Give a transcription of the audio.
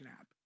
app